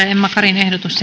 ja emma karin ehdotus